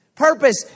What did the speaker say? Purpose